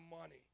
money